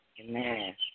Amen